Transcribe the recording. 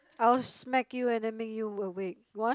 I'll smack you and then make you awake want